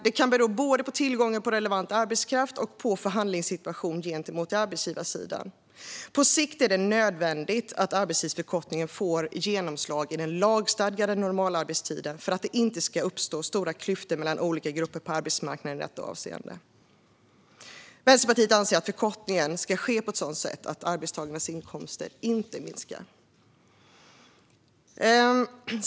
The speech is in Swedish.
Det kan bero både på tillgången till relevant arbetskraft och på förhandlingssituationen gentemot arbetsgivarsidan. På sikt är det nödvändigt att arbetstidsförkortning får genomslag i den lagstadgade normalarbetstiden för att det inte ska uppstå stora klyftor mellan olika grupper på arbetsmarknaden i detta avseende. Vänsterpartiet anser att förkortningen ska ske på ett sådant sätt att arbetstagarnas inkomster inte minskar.